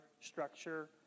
structure